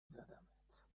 زدمت